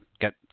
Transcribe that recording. get